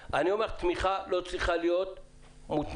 תמיכה לא צריכה להיות מותנית